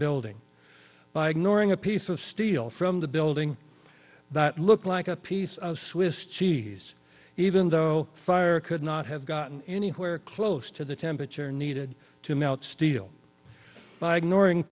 building by ignoring a piece of steel from the building that looked like a piece of swiss cheese even though fire could not have gotten anywhere close to the temperature needed to melt steel by ignoring